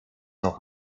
noch